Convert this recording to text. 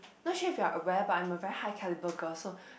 not sure if you are aware but I am a very high calibre girl so